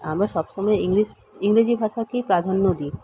আমরা সব সময় ইংলিশ ইংরেজি ভাষাকেই প্রাধান্য দিই